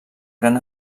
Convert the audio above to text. gran